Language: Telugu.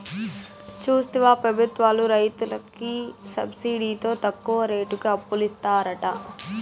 చూస్తివా పెబుత్వాలు రైతులకి సబ్సిడితో తక్కువ రేటుకి అప్పులిత్తారట